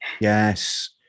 Yes